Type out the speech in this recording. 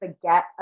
forget